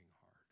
hard